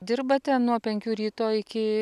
dirbate nuo penkių ryto iki